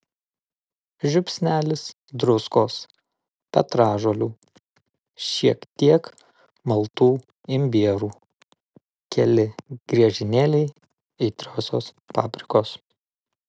žiupsnelis druskos petražolių šiek tiek maltų imbierų keli griežinėliai aitriosios paprikos